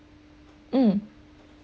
mm